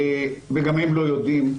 וגם הם לא יודעים.